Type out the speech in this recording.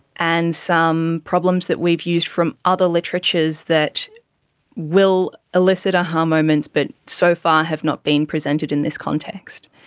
and some problems that we've used from other literatures that will elicit a-ha um moments but so far have not been presented in this context.